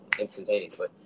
instantaneously